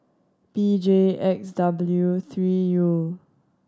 B J X W three U